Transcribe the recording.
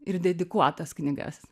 ir dedikuotas knygas